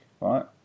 right